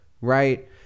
Right